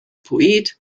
poet